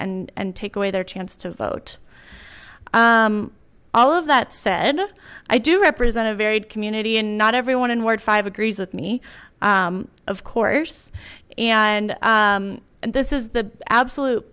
and take away their chance to vote all of that said i do represent a varied community and not everyone in ward five agrees with me of course and this is the absolute